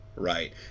Right